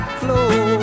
flow